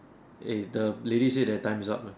eh the lady say that times up eh